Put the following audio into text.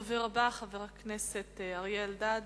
הדובר הבא, חבר הכנסת אריה אלדד.